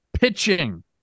pitching